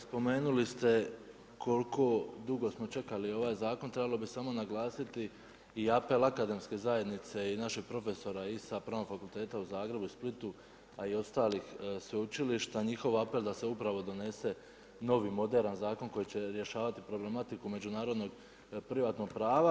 Spomenuli ste koliko dugo smo čekali ovaj zakon, trebalo bi samo naglasiti i apel akademske zajednice i našeg profesora i sa Pravnog fakulteta u Zagrebu i Splitu, a i ostalih sveučilišta, njihov apel da se upravo donese novi moderan zakon koji će rješavati problematiku međunarodnog privatnog prava.